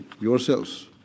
yourselves